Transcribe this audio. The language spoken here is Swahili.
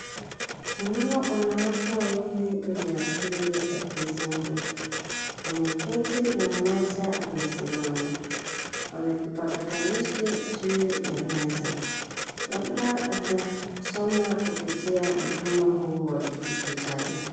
Kunao wanwake wawili wenye asili ya kizungu. Wameketi na mmoja amesimama. Wana kipatakalishi juu ya meza, labda wanasoma kuoitia mfumo huu wa kidijitali.